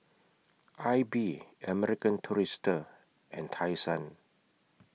AIBI American Tourister and Tai Sun